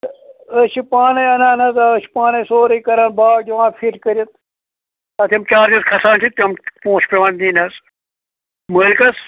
تہٕ أسۍ چھِ پانَے اَنان حظ آ أسۍ چھِ پانَے سورُے کَران باغ دِوان فِٹ کٔرِتھ پَتہٕ یِم چارجٕز کھَسان چھِ تِم پونٛسہٕ چھِ پٮ۪وان دِنۍ حظ مٲلۍکَس